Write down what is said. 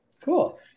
Cool